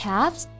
Calves